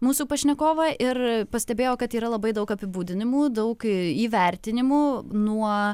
mūsų pašnekovą ir pastebėjau kad yra labai daug apibūdinimų daug įvertinimų nuo